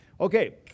Okay